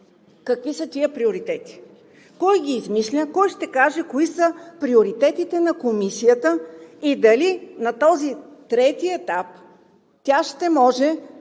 Какви са тези приоритети? Кой ги е измислил? Кой ще каже кои са приоритетите на Комисията? Дали на този трети етап тя ще може